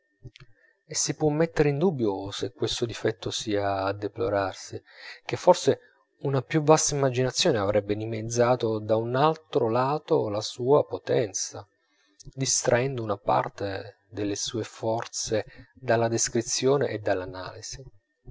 e si può mettere in dubbio se questo difetto sia a deplorarsi che forse una più vasta immaginazione avrebbe dimezzato da un altro lato la sua potenza distraendo una parte delle sue forze dalla descrizione e dall'analisi